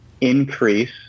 increase